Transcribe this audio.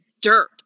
dirt